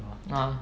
uh